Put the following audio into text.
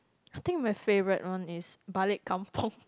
I think my favourite one is balik-kampung